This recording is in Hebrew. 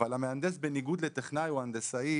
אבל המהנדס בניגוד לטכנאי או הנדסאי